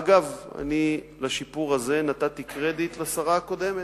אגב, אני על השיפור הזה נתתי קרדיט לשרה הקודמת.